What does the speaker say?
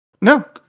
No